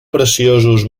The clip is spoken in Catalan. preciosos